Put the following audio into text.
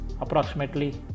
approximately